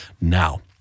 now